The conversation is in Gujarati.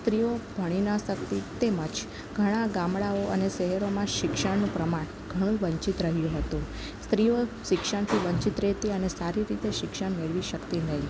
સ્ત્રીઓ ભણી ન શકતી તેમજ ઘણાં ગામડાઓ અને શહેરોમાં શિક્ષણનું પ્રમાણ ઘણું વંચિત રહ્યું હતું સ્ત્રીઓ શિક્ષણથી વંચિત રહેતી હતી અને સારી રીતે શિક્ષણ મેળવી શકતી નહીં